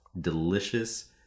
delicious